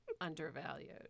undervalued